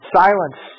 silence